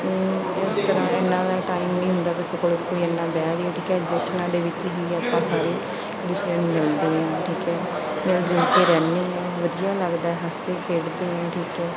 ਇਸ ਤਰ੍ਹਾਂ ਇਹਨਾਂ ਦਾ ਟਾਈਮ ਨਹੀਂ ਹੁੰਦਾ ਕਿਸੇ ਕੋਲ ਕੋਈ ਇੰਨਾ ਵੀ ਉਠ ਕੇ ਜਸ਼ਨਾਂ ਦੇ ਵਿੱਚ ਹੀ ਆਪਾਂ ਸਾਰੇ ਇੱਕ ਦੂਸਰੇ ਨੂੰ ਮਿਲਦੇ ਹਾਂ ਠੀਕ ਹੈ ਮਿਲ ਜੁਲ ਕੇ ਰਹਿੰਦੇ ਹਾਂ ਵਧੀਆ ਲੱਗਦਾ ਹੱਸਦੇ ਖੇਡਦੇ ਹੈ ਠੀਕ ਹੈ